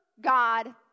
God